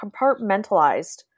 compartmentalized